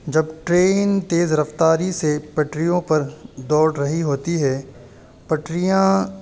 جب ٹرین تیز رفتاری سے پٹریوں پر دوڑ رہی ہوتی ہے پٹریاں